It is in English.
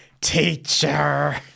teacher